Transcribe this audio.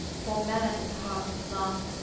for mad is the heart of love,